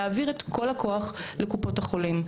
להעביר את כל הכוח לקופות החולים.